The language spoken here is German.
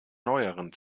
neueren